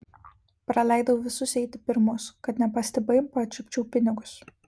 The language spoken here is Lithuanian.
praleidau visus eiti pirmus kad nepastebimai pačiupčiau pinigus